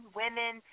women